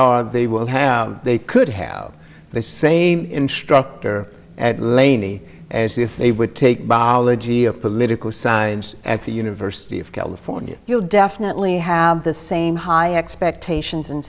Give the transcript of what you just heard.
are they will have they could have the same instructor at laney as if they would take biology of political science at the university of california you'll definitely have the same high expectations and